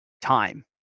time